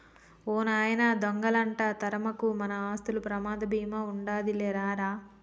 ఓ నాయనా దొంగలంట తరమకు, మన ఆస్తులకి ప్రమాద బీమా ఉండాదిలే రా రా